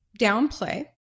downplay